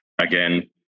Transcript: Again